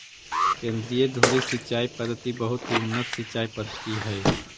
केन्द्रीय धुरी सिंचाई पद्धति बहुत ही उन्नत सिंचाई पद्धति हइ